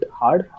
hard